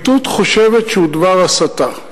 שהפרקליטות חושבת שהוא דבר הסתה.